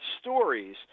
stories